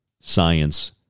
Science